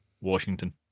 Washington